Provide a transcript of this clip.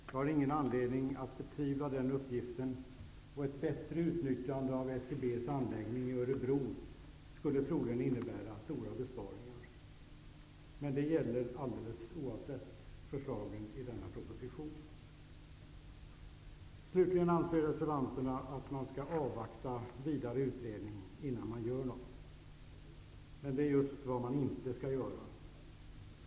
Jag har ingen anledning att betvivla den uppgiften, och ett bättre utnyttjande av SCB:s anläggning i Örebro skulle troligen innebära stora besparingar, men det gäller alldeles oavsett förslaget i denna proposition. Slutligen anser reservanterna att man skall avvakta vidare utredningar innan man gör något. Det är just vad man inte skall göra.